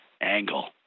angle